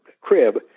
crib